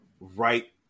right